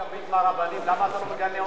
היא מקבלת רוח גבית מהרבנים.